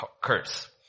curse